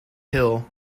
hill